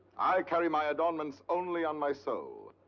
i carry my adornments only on my soul,